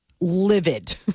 livid